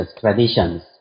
traditions